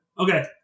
Okay